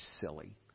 silly